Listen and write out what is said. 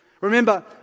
Remember